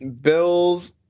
Bills